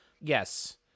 Yes